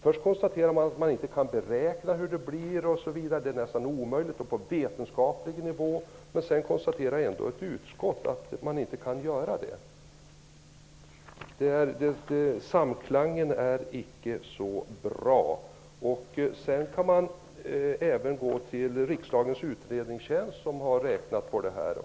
Först konstaterar man alltså att man inte kan göra några beräkningar av utfallet -- det är nästan omöjligt att fastställa någon vetenskapligt korrekt nivå -- men sedan gör utskottet detta uttalande. Samklangen häremellan är icke så god. Även Riksdagens utredningstjänst har räknat på det här.